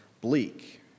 bleak